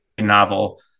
novel